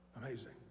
amazing